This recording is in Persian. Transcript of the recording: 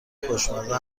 خوشمزه